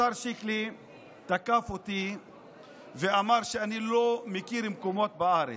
השר שיקלי תקף אותי ואמר שאני לא מכיר מקומות בארץ.